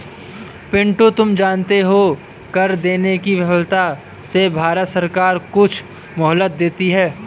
पिंटू तुम जानते हो कर देने की विफलता से भारत सरकार कुछ मोहलत देती है